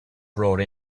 bought